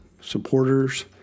supporters